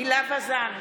הילה וזאן,